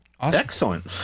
excellent